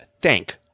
thank